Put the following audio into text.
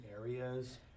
areas